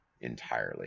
entirely